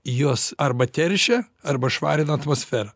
juos arba teršia arba švarina atmosferą